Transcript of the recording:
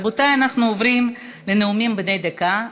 רבותיי, אנחנו עוברים לנאומים בני דקה.